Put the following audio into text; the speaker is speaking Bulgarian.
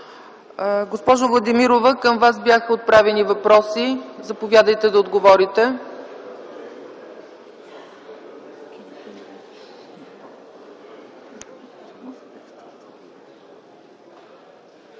Госпожо Владимирова, към Вас бяха отправени въпроси. Заповядайте, за да отговорите.